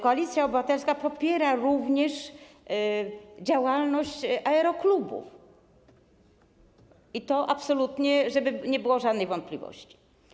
Koalicja Obywatelska popiera również działalność aeroklubów - i to absolutnie, żeby nie było żadnej wątpliwości.